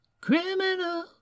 Criminal